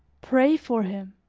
pray for him,